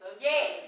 Yes